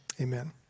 Amen